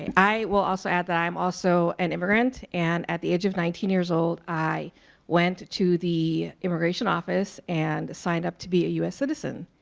i will also add i'm also an immigrant and at the of nineteen years old i went to the immigration office and signed up to be a u s. citizen.